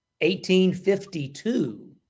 1852